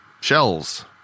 Shells